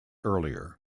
earlier